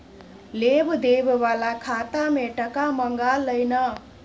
लेब देब बला खाता मे टका मँगा लय ना